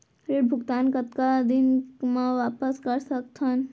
ऋण भुगतान कतका दिन म वापस कर सकथन?